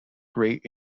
great